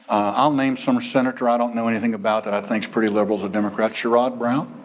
i'll name some senator. i don't know anything about that i thinks pretty liberals are democrat. sherrod brown.